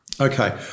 Okay